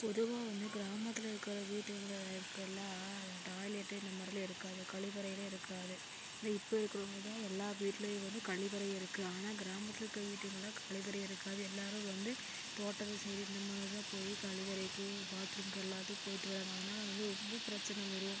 பொதுவாக வந்து கிராமத்தில் இருக்கிற வீடுகளுக்குலாம் டாய்லெட் இந்தமாதிரிலாம் இருக்காது கழிவறைன்னு இருக்காது இப்போ இருக்கிறவங்க தான் எல்லா வீட்டுலேயும் வந்து கழிவறை இருக்குது ஆனால் கிராமத்தில் இருக்கற வீடுகளில் கழிவறையே இருக்காது எல்லோருமே வந்து தோட்டத்து சைடு இந்தமாதிரி தான் போய் கழிவறைக்கு பாத்ரூமுக்கு எல்லாத்துக்கும் போயிட்டு வராங்க அதனால் வந்து ரொம்ப பிரச்சனை வரும்